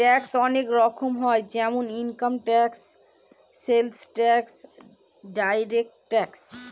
tax অনেক রকম হয় যেমন income tax, sales tax, direct tax